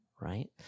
right